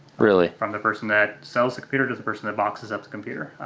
really? from the person that sells the computer to the person that boxes up the computer.